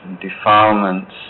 defilements